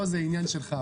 זה עניין שלך,